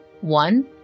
one